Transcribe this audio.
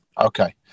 Okay